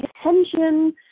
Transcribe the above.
attention